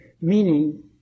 meaning